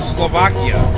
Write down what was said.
Slovakia